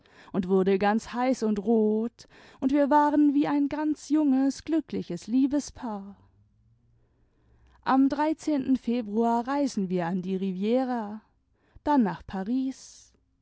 und wurde ganz heiß imd rot und wir waren wie ein ganz junges glückliches liebespaar am dreizehnten februar reisen wir an die riviera dann nach paris